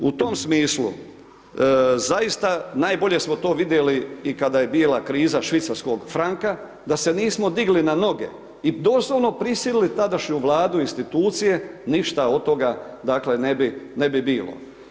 U tom smislu zaista najbolje smo to vidjeli i kada je bila kriza švicarskog franka, da se nismo digli na noge i doslovno prisilili tadašnju vladu i institucije, ništa od toga dakle ne bi, ne bi bilo.